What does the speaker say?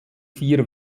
vier